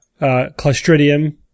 Clostridium